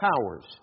powers